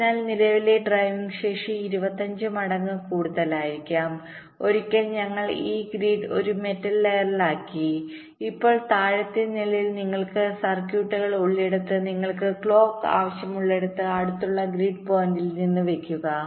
അതിനാൽ നിലവിലെ ഡ്രൈവിംഗ് ശേഷി 25 മടങ്ങ് കൂടുതലായിരിക്കും ഒരിക്കൽ ഞങ്ങൾ ഈ ഗ്രിഡ് ഒരു മെറ്റൽ ലെയറിലാക്കി ഇപ്പോൾ താഴത്തെ നിലയിൽ നിങ്ങൾക്ക് സർക്യൂട്ടുകൾ ഉള്ളിടത്ത് നിങ്ങൾക്ക് ക്ലോക്ക് ആവശ്യമുള്ളിടത്ത് അടുത്തുള്ള ഗ്രിഡ് പോയിന്റിൽ നിന്ന് വരയ്ക്കുക